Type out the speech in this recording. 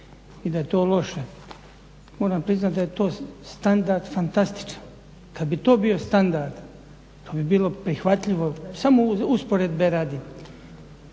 i da je to loše. Moram priznati da je to standard fantastičan. Kad bi to bio standard to bi bilo prihvatljivo. Samo usporedbe radi